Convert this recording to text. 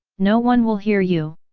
no one will hear you!